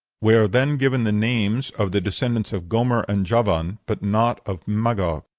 we are then given the names of the descendants of gomer and javan, but not of magog.